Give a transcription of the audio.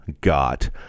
got